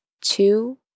two